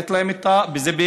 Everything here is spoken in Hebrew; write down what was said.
וזה,